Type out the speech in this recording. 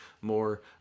more